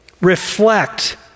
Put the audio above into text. Reflect